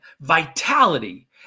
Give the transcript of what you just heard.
vitality